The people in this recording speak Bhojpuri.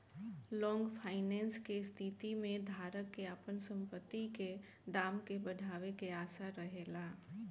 लॉन्ग फाइनेंस के स्थिति में धारक के आपन संपत्ति के दाम के बढ़ावे के आशा रहेला